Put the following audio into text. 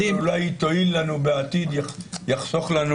אבל אולי היא תועיל לנו בעתיד וזה יחסוך לנו